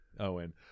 Owen